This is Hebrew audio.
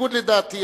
בניגוד לדעתי,